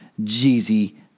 Jeezy